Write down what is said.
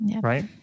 Right